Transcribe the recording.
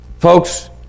Folks